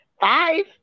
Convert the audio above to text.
Five